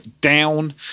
down